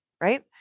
Right